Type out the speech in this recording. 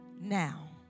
now